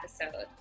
episode